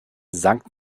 sankt